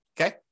okay